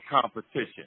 competition